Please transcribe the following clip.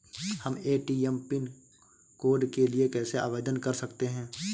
हम ATM pin code के लिए कैसे आवेदन कर सकते हैं?